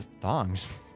thongs